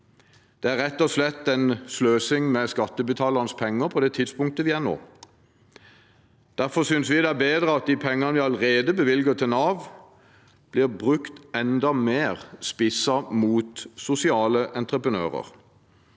Det er rett og slett en sløsing med skattebetalernes penger på det tidspunktet der vi er nå. Derfor synes vi det er bedre at de pengene vi allerede bevilger til Nav, blir brukt enda mer spisset mot sosiale entreprenører.